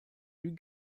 luke